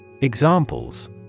Examples